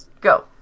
go